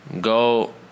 go